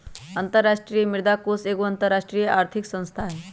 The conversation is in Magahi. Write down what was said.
अंतरराष्ट्रीय मुद्रा कोष एगो अंतरराष्ट्रीय आर्थिक संस्था हइ